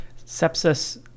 sepsis